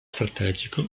strategico